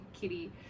kitty